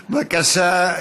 בבקשה,